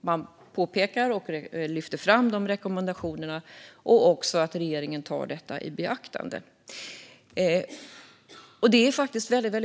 man pekar på och lyfter fram Riksrevisionens rekommendationer och uppmanar regeringen att ta dem i beaktande. Detta är faktiskt väldigt viktigt.